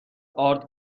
آرد